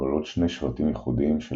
כוללות שני שבטים ייחודיים של